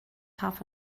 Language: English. half